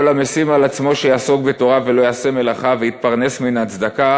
"כל המשים על עצמו שיעסוק בתורה ולא יעשה מלאכה ויתפרנס מן הצדקה,